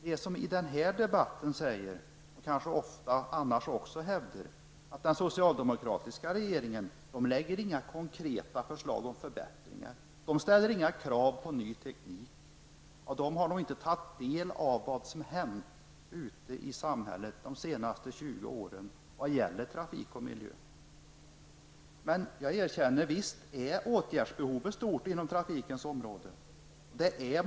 De som i den här debatten säger och kanske också annars ofta hävdar att den socialdemokratiska regeringen inte lägger fram några konkreta förslag till förbättringar eller ställer några krav på ny teknik har nog inte tagit del av vad som hänt ute i samhället under de senaste 20 åren vad det gäller trafik och miljö. Jag erkänner att behovet av åtgärder är stort på trafikens område.